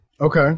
Okay